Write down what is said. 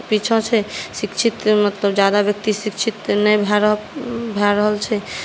पीछाँ छै शिक्षित मतलब ज्यादा व्यक्ति मतलब शिक्षित नहि भए रहल छै